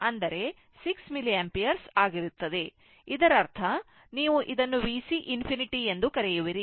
ಆದ್ದರಿಂದ ಇದರರ್ಥ ನೀವು ಇದನ್ನು VC ∞ ಎಂದು ಕರೆಯುವಿರಿ